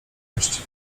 wreszcie